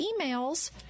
emails